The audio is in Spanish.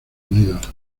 unidos